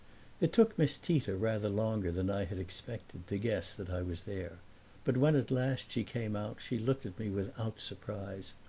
it took miss tita rather longer than i had expected to guess that i was there but when at last she came out she looked at me without surprise.